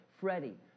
Freddie